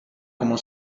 como